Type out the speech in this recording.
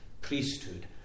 priesthood